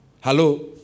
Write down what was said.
Hello